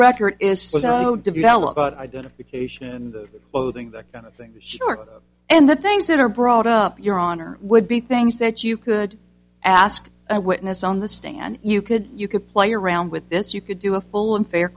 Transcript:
record is so develop about identification and clothing that things work and the things that are brought up your honor would be things that you could ask a witness on the stand you could you could play around with this you could do a full and fair